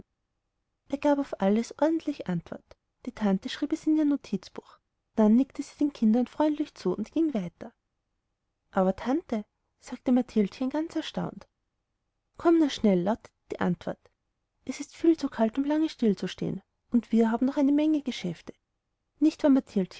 er gab auf alles ordentlich antwort die tante schrieb es in ihr notizbuch dann nickte sie den kindern freundlich zu und ging weiter aber tante sagte mathildchen ganz erstaunt komm nur schnell lautete die antwort es ist viel zu kalt um lange stillzustehen und wir haben noch eine menge geschäfte nicht